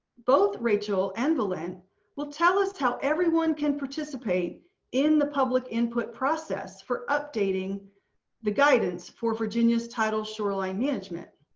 both rachel and v'lent will tell us how everyone can participate in the public input process for updating the guidance for virginia's tidal shoreline management,